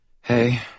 Hey